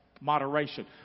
Moderation